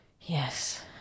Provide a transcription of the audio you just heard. Yes